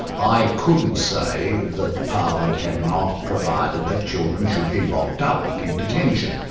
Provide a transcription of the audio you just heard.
i couldn't say that parliament had not provided that children should be locked up in detention,